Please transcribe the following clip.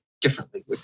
differently